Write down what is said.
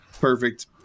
perfect